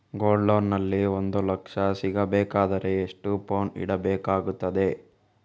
Gold loan ನಲ್ಲಿ ಒಂದು ಲಕ್ಷ ಸಿಗಬೇಕಾದರೆ ಎಷ್ಟು ಪೌನು ಇಡಬೇಕಾಗುತ್ತದೆ?